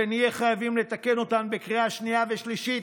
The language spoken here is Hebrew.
ונהיה חייבים לתקן אותן בקריאה השנייה והשלישית,